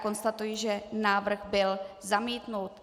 Konstatuji, že návrh byl zamítnut.